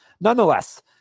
nonetheless